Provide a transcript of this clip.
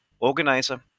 Organizer